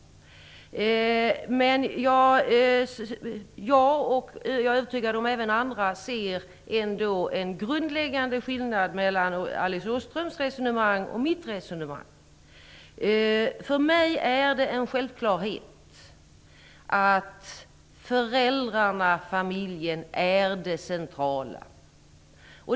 Men jag - och även andra, är jag övertygad om - ser ändå en grundläggande skillnad mellan Alice Åströms resonemang och mitt resonemang. För mig är det en självklarhet att föräldrarna, familjen, är det centrala.